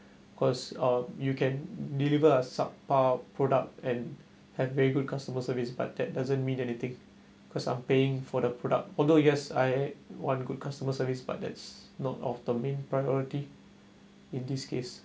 cause uh you can deliver a subpar product and have very good customer service but that doesn't mean anything cause I'm paying for the product although yes I want a good customer service but that's not of the main priority in this case